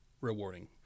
rewarding